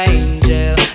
angel